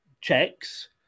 checks